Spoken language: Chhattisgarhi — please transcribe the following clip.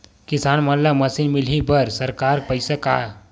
किसान मन ला मशीन मिलही बर सरकार पईसा का?